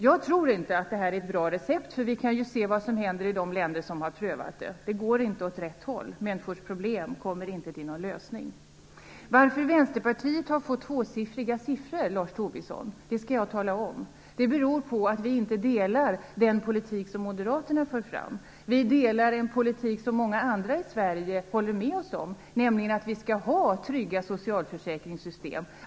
Jag tror inte att detta är ett bra recept. Vi kan ju se vad som händer i de länder som har provat det. Det går inte åt rätt håll. Människors problem blir inte lösta. Varför Vänsterpartiet har fått tvåsiffriga tal skall jag tala om, Lars Tobisson. Det beror på att vi inte delar den politik som Moderaterna för fram. Vi står för en politik som många i Sverige håller med om. Vi vill ha trygga socialförsäkringssystem.